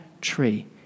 Tree